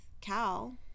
Cal